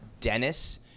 Dennis